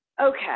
Okay